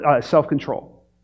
self-control